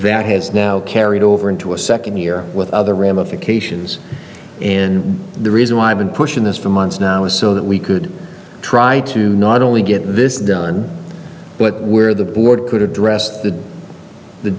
that has now carried over into a second year with other ramifications in the reason why i've been pushing this for months now is so that we could try to not only get this done but where the board could address the the